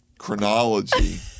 Chronology